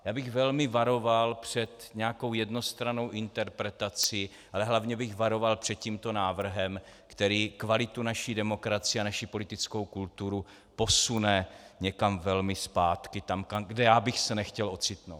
Já bych velmi varoval před nějakou jednostrannou interpretací, ale hlavně bych varoval před tímto návrhem, který kvalitu naší demokracie a naší politickou kulturu posune někam velmi zpátky, kde já bych se nechtěl ocitnout.